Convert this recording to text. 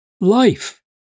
life